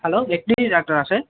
hello veterinary டாக்டரா sir